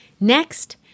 Next